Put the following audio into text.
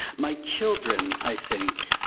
my children, i think,